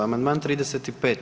Amandman 35.